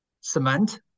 Cement